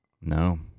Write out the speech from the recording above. No